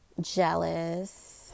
jealous